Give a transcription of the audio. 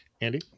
Andy